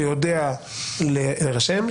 שיודע להירשם,